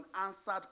unanswered